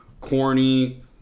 corny